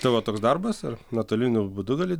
tavo toks darbas ar nuotoliniu būdu gali